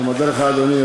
אני מודה לך, אדוני.